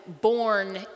born